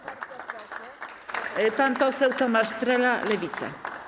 Pan poseł Tomasz Trela, Lewica.